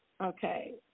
Okay